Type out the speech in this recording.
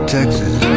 Texas